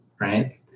right